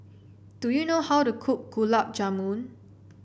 do you know how to cook Gulab Jamun